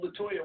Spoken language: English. Latoya